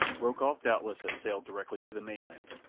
rokoff doubtless had sailed directly to the mainland,